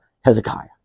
Hezekiah